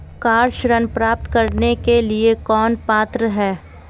Car ऋण प्राप्त करने के लिए कौन पात्र है?